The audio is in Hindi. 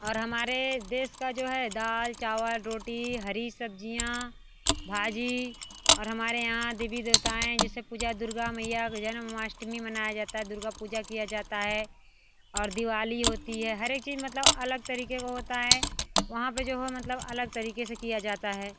और हमारे देश का जो है दाल चावल रोटी हरी सबज़ियाँ भाजी और हमारे यहाँ देवी देवताएँ जैसे पूजा दुर्गा मैया क जन्माष्टमी मनाया जाता है दुर्गा पूजा किया जाता है और दिवाली होती है हर एक चीज़ मतलब अलग तरीक़े की होती है वहाँ पर जो है मतलब अलग तरीक़े से किया जाता है